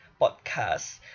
Podcast